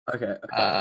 Okay